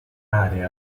aree